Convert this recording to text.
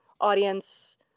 audience